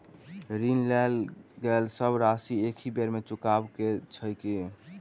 ऋण लेल गेल सब राशि एकहि बेर मे चुकाबऽ केँ छै की?